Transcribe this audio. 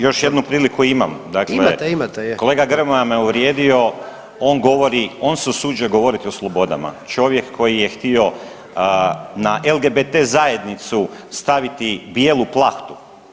Još jednu priliku imam [[Upadica predsjednik: Imate je.]] dakle kolega Grmoja me uvrijedio, on govorio on se usuđuje govoriti o slobodama, čovjek koji je htio na LGBT zajednicu bijelu plahtu.